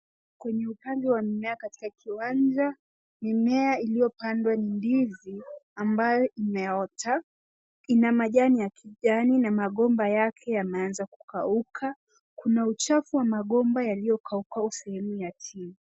Kwenye upande wa mimea katika kiwanja. Mimea iliopandwa ni ndizi ambayo yameota ina Majani ya kijani na magomba yake yameanza kukauka, kuna uchafu ya magomba yaliokauka sehemu ya chini .